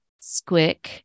squick